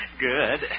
Good